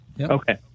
Okay